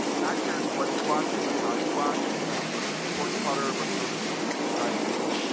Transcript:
i'm not curious what you're watching, but how you watch. are you a cord cutter? what services do you subscribe to?